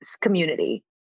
community